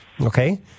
okay